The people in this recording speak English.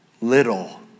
little